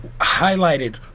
highlighted